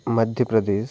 Madhya Pradesh